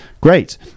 Great